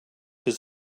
his